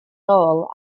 rôl